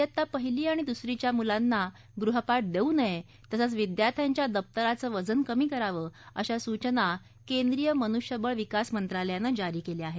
वेत्ता पहिली आणि दुसरीच्या मुलांना गृहपाठ देऊ नये तसंच विद्यार्थ्यांच्या दप्तराचं वजन कमी करावं अशा सूचना केंद्रीय मनुष्यबळ विकास मंत्रालयानं जारी केल्या आहेत